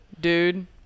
Dude